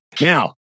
now